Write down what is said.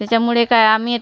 त्याच्यामुळे काय आम्ही